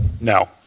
No